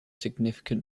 significant